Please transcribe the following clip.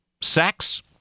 sex